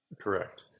Correct